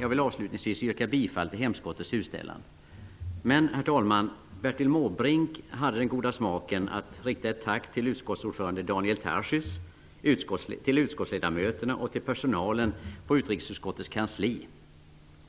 Jag vill avslutningsvis yrka bifall till utskottets hemställan. Men, herr talman, Bertil Måbrink hade den goda smaken att rikta ett tack till utskottets ordförande Daniel Tarschys, till utskottsledamöterna och till personalen på utrikesutskottets kansli.